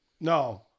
No